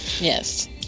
Yes